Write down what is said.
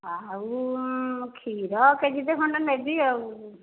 ଆଉ କ୍ଷୀର କେଜିଟେ ଖଣ୍ଡେ ନେବି ଆଉ